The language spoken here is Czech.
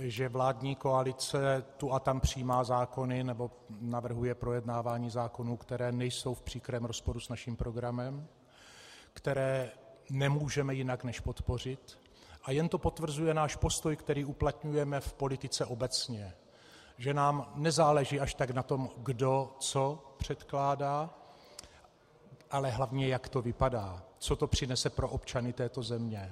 že vládní koalice tu a tam přijímá zákony, nebo navrhuje projednávání zákonů, které nejsou v příkrém rozporu s naším programem, které nemůžeme jinak než podpořit, a jen to potvrzuje náš postoj, který uplatňujeme v politice obecně, že nám nezáleží až tak na tom, kdo, co předkládá, ale hlavně jak to vypadá, co to přinese pro občany této země.